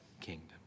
kingdom